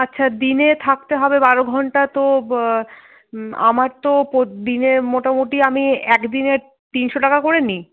আচ্ছা দিনে থাকতে হবে বারো ঘণ্টা তো আমার তো দিনে মোটামুটি আমি একদিনে তিনশো টাকা করে নিই